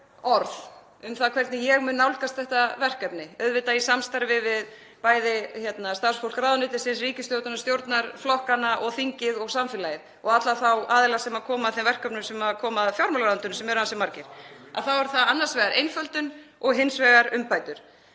tvö orð um það hvernig ég mun nálgast þetta verkefni, auðvitað í samstarfi við bæði starfsfólk ráðuneytisins, ríkisstjórnina, stjórnarflokkana, þingið og samfélagið og alla þá aðila sem koma að þeim verkefnum sem koma að fjármálaráðuneytinu, sem eru ansi margir, þá er það annars vegar einföldun og hins vegar umbætur